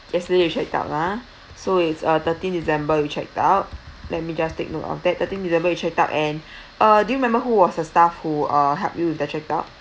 yesterday you checked out ah so it's uh thirteen december you checked out let me just take note of that thirteen december you checked out and uh do you remember who was the staff who uh help you with the check out